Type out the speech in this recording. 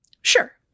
Sure